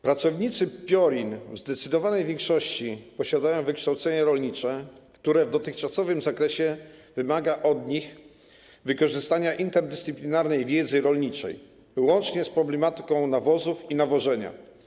Pracownicy PIORiN w zdecydowanej większości posiadają wykształcenie rolnicze, które w dotychczasowym zakresie wymaga od nich wykorzystania interdyscyplinarnej wiedzy rolniczej, łącznie z problematyką nawozów i nawożenia.